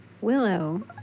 Willow